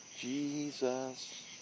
Jesus